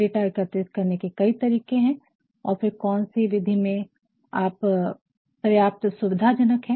data एकत्रित करने के कई तरीके है और फिर कौन सी विधि में आप पर्याप्त सुविधाजनक है